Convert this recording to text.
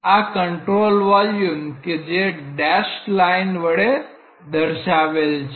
આ control volume કે જે ડેસ લાઇન વડે દર્શાવેલ છે